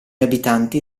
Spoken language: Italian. abitanti